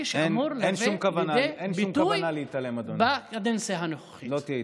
שאמור לבוא לידי ביטוי בקדנציה הנוכחית.